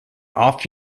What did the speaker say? off